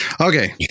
Okay